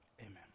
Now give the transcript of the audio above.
amen